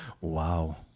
Wow